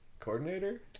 coordinator